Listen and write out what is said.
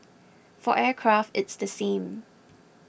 for aircraft it's the same